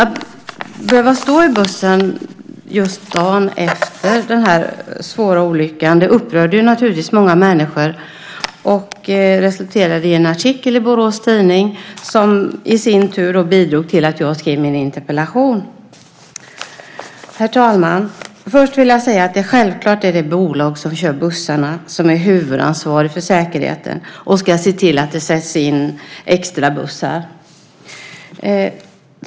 Att behöva stå i bussen dagen efter den svåra olyckan upprörde naturligtvis många människor. Det resulterade i en artikel i Borås Tidning, som i sin tur bidrog till att jag skrev min interpellation. Herr talman! Först vill jag säga att det självfallet är det bolag som kör bussarna som är huvudansvarig för säkerheten och ska se till att det sätts in extrabussar.